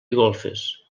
golfes